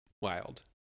Wild